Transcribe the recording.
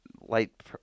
light